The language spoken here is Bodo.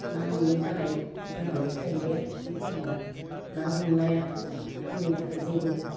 ना हमनो बानाय जानानै थाहैबाय आरो आं दा ना हमनायाथ' आंनि थाखाय जेबो